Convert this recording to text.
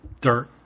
dirt